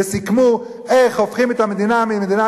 וסיכמו איך הופכים את המדינה ממדינת